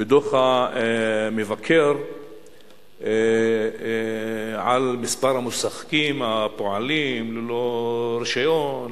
בדוח המבקר על מספר המוסכים הפועלים ללא רשיון,